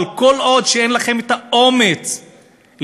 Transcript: אבל כל עוד אין לכם את האומץ לספח,